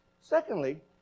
Secondly